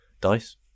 Dice